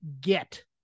get